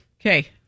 Okay